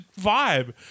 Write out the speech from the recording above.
vibe